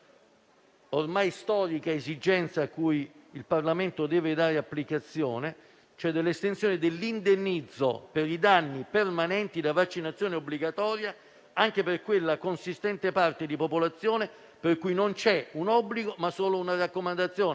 ormai storica esigenza cui il Parlamento deve dare applicazione - dell'estensione dell'indennizzo per i danni permanenti da vaccinazione obbligatoria anche per quella consistente parte di popolazione per cui non c'è un obbligo, ma solo una raccomandazione.